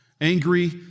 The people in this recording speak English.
Angry